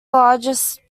largest